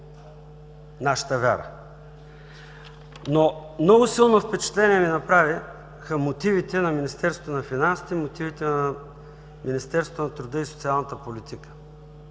нашата вяра. Много силно впечатление ми направиха мотивите на Министерството на финансите и на Министерството на труда и социалната политика.